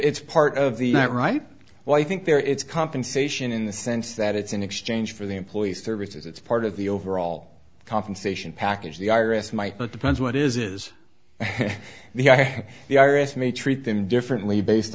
it's part of the not right well i think there it's compensation in the sense that it's an exchange for the employees services it's part of the overall compensation package the i r s might but depends what is is the the i r s may treat them differently based